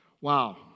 Wow